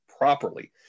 properly